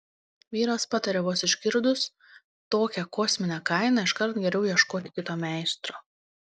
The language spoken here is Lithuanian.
vyras patarė vos išgirdus tokią kosminę kainą iškart geriau ieškoti kito meistro